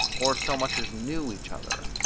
or so much as knew each other?